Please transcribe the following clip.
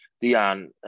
Dion